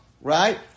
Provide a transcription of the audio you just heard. right